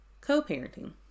co-parenting